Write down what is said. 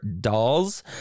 dolls